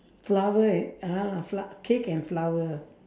flower a~ ah ya lah flo~ cake and flower